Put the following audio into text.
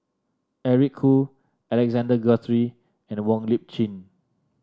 Eric Khoo Alexander Guthrie and Wong Lip Chin